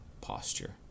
posture